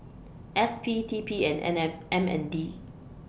S P T P An and M M N D